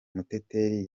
muteteri